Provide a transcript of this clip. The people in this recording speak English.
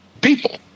people